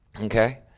okay